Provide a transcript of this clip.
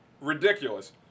ridiculous